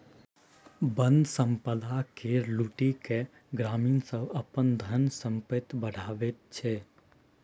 बन संपदा केर लुटि केँ ग्रामीण सब अपन धन संपैत बढ़ाबै छै